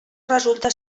resulta